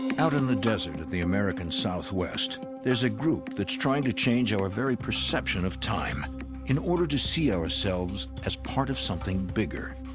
out in the desert of the american southwest, there's a group that's trying to change our very perception of time in order to see ourselves as part of something bigger.